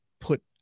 put